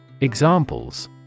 Examples